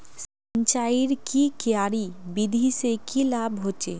सिंचाईर की क्यारी विधि से की लाभ होचे?